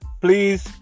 please